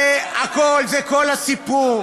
זה כל הסיפור.